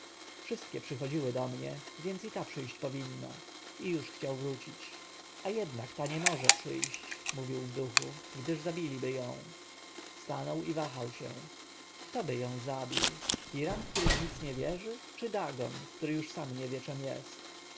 wszystkie przychodziły do mnie więc i ta przyjść powinna i już chciał wrócić a jednak ta nie może przyjść mówił w duchu gdyż zabiliby ją stanął i wahał się ktoby ją zabił hiram który w nic nie wierzy czy dagon który już sam nie wie czem jest